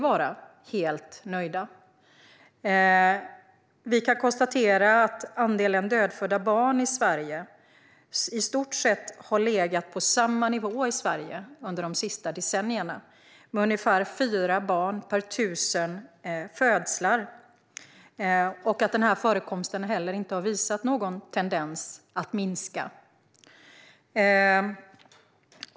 Andelen dödfödda har i stort sett legat på samma nivå i Sverige de senaste decennierna. Det är ungefär 4 barn per 1 000 födslar. Förekomsten har inte heller visat någon tendens att minska.